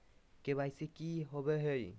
KYC की हॉबे हय?